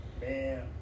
Man